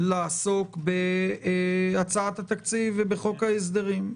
לעסוק בהצעת התקציב ובחוק ההסדרים.